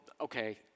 okay